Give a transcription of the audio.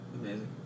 Amazing